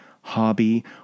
hobby